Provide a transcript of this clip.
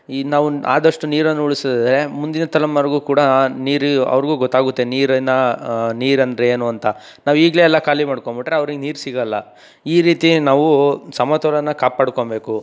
ಈಗ ನಾವು ಆದಷ್ಟು ನೀರನ್ನು ಉಳಿಸಿದರೆ ಮುಂದಿನ ತಲೆಮಾರಿಗೂ ಕೂಡ ನೀರು ಅವರಿಗೂ ಗೊತ್ತಾಗುತ್ತೆ ನೀರಿನ ನೀರೆಂದರೆ ಏನು ಅಂತ ನಾವು ಈಗಲೇ ಎಲ್ಲ ಖಾಲಿ ಮಾಡಿಕೊಂಡುಬಿಟ್ಟರೆ ಅವರಿಗೆ ನೀರು ಸಿಗಲ್ಲ ಈ ರೀತಿ ನಾವು ಸಮತೋಲನ ಕಾಪಾಡ್ಕೊಬೇಕು